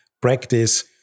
practice